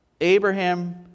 Abraham